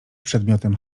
przedmiotem